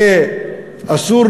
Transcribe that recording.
שאסור